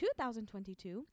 2022